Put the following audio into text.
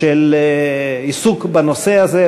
לעיסוק בנושא הזה,